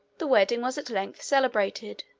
the wedding was at length celebrated,